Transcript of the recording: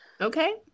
Okay